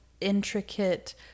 intricate